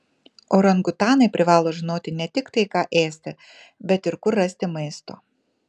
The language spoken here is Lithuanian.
orangutanai privalo žinoti ne tik tai ką ėsti bet ir kur rasti maisto